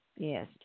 Yes